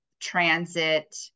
transit